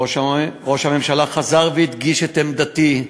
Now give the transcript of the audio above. וראש הממשלה חזר והדגיש את עמדתי,